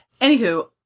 Anywho –